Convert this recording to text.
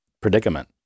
predicament